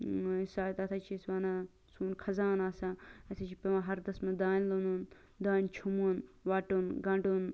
سُہ تتھ حظ چھِ أسۍ وَنان سون خَزانہ آسان اَسہِ حظ چھ پیٚوان ہردَس مَنٛز دانہ لوٚنُن دانہ چھوٚمُن وَٹُن گَنٛڈُن